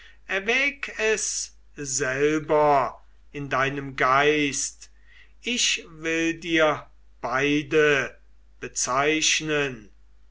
erwäg es selber in deinem geist ich will dir beide bezeichnen